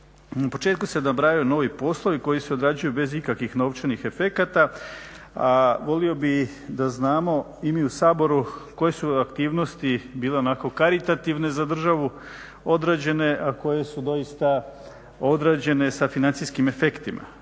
U početku se nabrajaju novi poslovi koji se odrađuju bez ikakvih novčanih efekata, a volio bih da znamo i mi u Saboru koje su aktivnosti bile onako karitativne za državu određene, a koje su doista određene sa financijskim efektima.